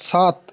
সাত